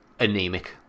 Anemic